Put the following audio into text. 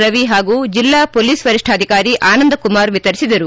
ರವಿ ಹಾಗೂ ಜಲ್ಲಾ ಮೋಲೀಸ್ ವರೀಷ್ಠಾಧಿಕಾರಿ ಆನಂದ್ಕುಮಾರ್ ವಿತರಿಸಿದರು